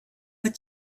but